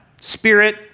spirit